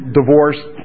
divorced